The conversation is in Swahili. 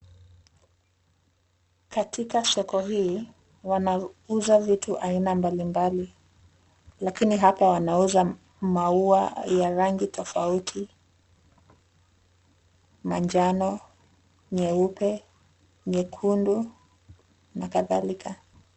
Katika soko hili, wanauza vitu aina mbalimbali. Lakini hapa wanauza maua ya rangi tofauti. Majano, nyeupe, nyekundu, na kadhalika.